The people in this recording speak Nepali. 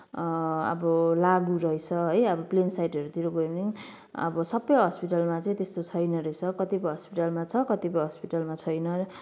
अब लागु रहेछ है अब प्लेन साइडहरूतिर गयो भने अब सबै हस्पिटलहरूमा त्यस्तो छैन रहेछ कतिपय हस्पिटलमा छ कतिपय हस्पिटलमा छैन